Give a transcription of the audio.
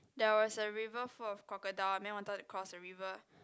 there was a river full of crocodile a man wanted to cross a river